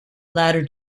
latter